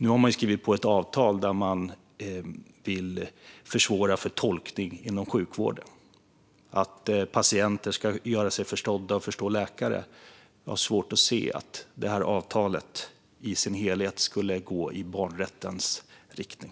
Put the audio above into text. Nu har de skrivit på ett avtal enligt vilket det försvåras för tolkning inom sjukvården - att patienter ska göra sig förstådda och förstå läkare. Jag har svårt att se att detta avtal i dess helhet skulle gå i barnrättens riktning.